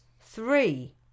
three